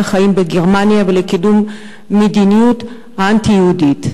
החיים בגרמניה ולקידום מדיניות אנטי-יהודית.